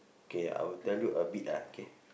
K I will tell you a bit ah K